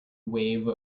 wave